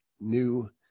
new